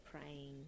praying